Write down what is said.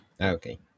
Okay